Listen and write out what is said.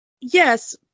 Yes